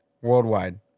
worldwide